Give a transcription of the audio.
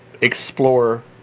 explore